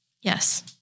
Yes